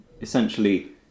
essentially